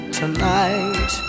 tonight